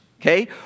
okay